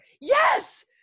yes